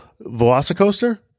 Velocicoaster